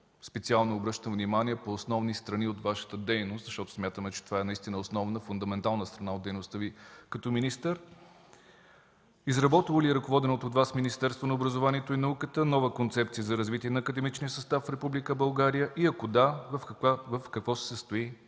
специално обръщам внимание – по основни страни от Вашата дейност, защото смятаме, че това наистина е основна фундаментална страна от дейността Ви като министър, питаме: изработвало ли е ръководеното от Вас Министерство на образованието и науката нова Концепция за развитие на академичния състав в Република България, и ако да, в какво се състои